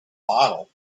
bottle